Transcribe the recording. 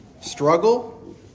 Struggle